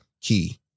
key